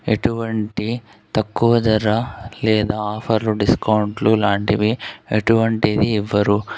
ఎటువంటి తక్కువ ధర లేదా ఆఫర్లు డిస్కౌంట్లు లాంటివి ఎటువంటిది ఇవ్వరు